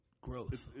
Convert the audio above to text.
growth